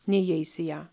neįeis į ją